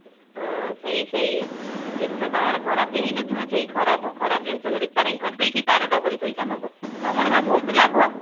ହଁ ସେଇ ସେଇ ଇଏ ଜିନିଷ କାହାର ଖରାପ ହୋଇନଥିବ ସେଇ ଖରାପ ଖରାପ ଜିନିଷକୁ ରିପେୟାରିଂ କରିଦେଇକି ତାର ଡବଲ୍ ପଇସା ନେବ ତୁମର ବା ବହୁତ ଲାଭ